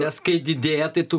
nes kai didėja tai tu